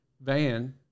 van